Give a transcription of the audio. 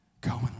Go